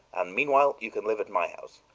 and meanwhile you can live at my house.